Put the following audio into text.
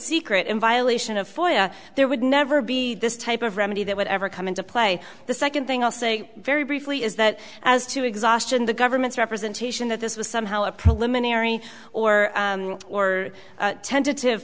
secret in violation of foyer there would never be this type of remedy that would ever come into play the second thing i'll say very briefly is that as to exhaustion the government's representation that this was somehow a preliminary or or tentative